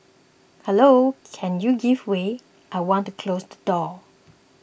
hello can you give way I want to close the door